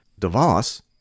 DeVos